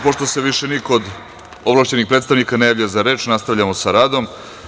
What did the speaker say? Pošto se više niko od ovlašćenih predstavnika ne javlja za reč nastavljamo sa radom.